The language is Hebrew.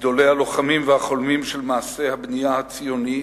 מגדולי הלוחמים והחולמים של מעשה הבנייה הציונית,